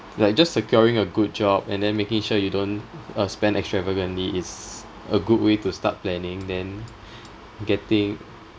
like just securing a good job and then making sure you don't uh spend extravagantly is a good way to start planning then getting